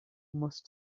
must